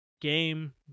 game